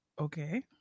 Okay